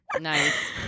Nice